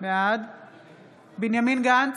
בנימין גנץ,